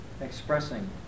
expressing